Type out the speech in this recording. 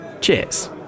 Cheers